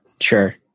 Sure